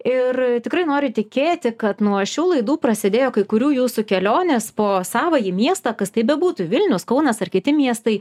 ir tikrai noriu tikėti kad nuo šių laidų prasidėjo kai kurių jūsų kelionės po savąjį miestą kas tai bebūtų vilnius kaunas ar kiti miestai